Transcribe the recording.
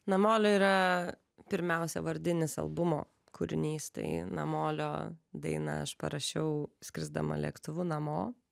namolio yra pirmiausia vardinis albumo kūrinys tai namolio dainą aš parašiau skrisdama lėktuvu namo